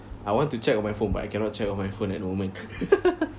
I want to check on my phone but I cannot check on my phone at the moment